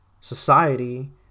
society